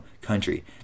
country